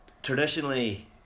Traditionally